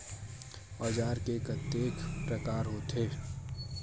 औजार के कतेक प्रकार होथे?